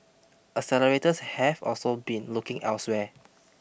accelerators have also been looking elsewhere